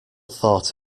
thought